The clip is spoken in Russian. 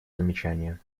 замечания